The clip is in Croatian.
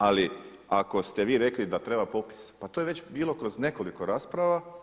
Ali ako ste vi rekli da treba popis, pa to je već bilo kroz nekoliko rasprava.